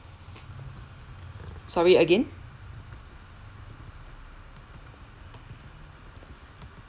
sorry again